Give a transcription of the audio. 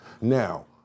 Now